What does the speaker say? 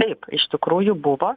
taip iš tikrųjų buvo